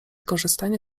korzystanie